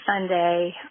sunday